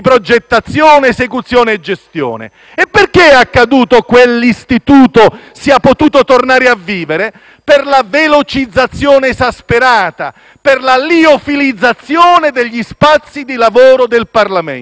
sia potuto tornare a vivere? Per la velocizzazione esasperata, per la liofilizzazione degli spazi di lavoro del Parlamento. Abbiamo due corni che ci stanno incendiando: da una parte, questa estetica